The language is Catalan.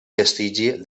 vestigi